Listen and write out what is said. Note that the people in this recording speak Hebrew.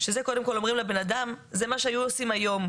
שאז קודם כול אומרים לאדם זה מה שעושים היום,